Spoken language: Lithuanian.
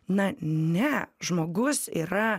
na ne žmogus yra